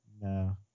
no